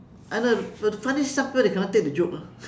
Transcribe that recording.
I know but the funny some people they cannot take the joke lah